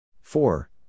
Four